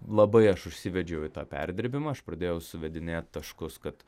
labai aš užsivedžiau į tą perdirbimą aš pradėjau suvedinėt taškus kad